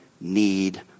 need